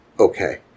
Okay